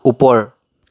ওপৰ